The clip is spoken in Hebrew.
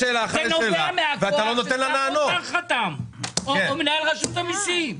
זה נובע מהנוהל ששר האוצר חתם או נמהל רשות המיסים.